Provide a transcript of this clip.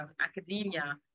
academia